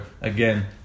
again